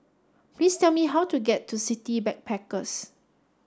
please tell me how to get to City Backpackers